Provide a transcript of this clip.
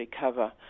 cover